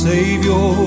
Savior